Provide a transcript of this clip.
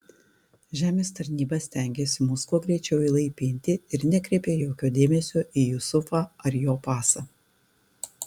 žemės tarnyba stengėsi mus kuo greičiau įlaipinti ir nekreipė jokio dėmesio į jusufą ar jo pasą